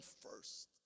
first